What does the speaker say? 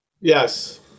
Yes